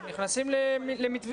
הם נכנסים למתווה.